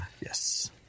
Yes